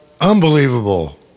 unbelievable